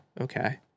okay